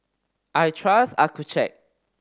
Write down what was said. I trust Accucheck